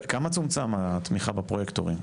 כמה צומצם התמיכה בפרויקטורים?